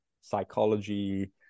psychology